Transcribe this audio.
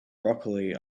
broccoli